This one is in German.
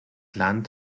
land